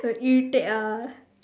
irritate ah